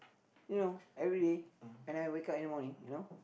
you know every day when I wake up in the morning you know